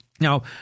Now